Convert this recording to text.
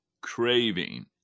craving